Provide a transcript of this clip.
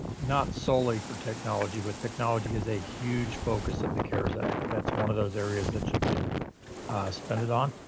not solely for technology, but technology is a huge focus of the carers act. that's one of those areas that you could ah spend it on,